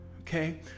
okay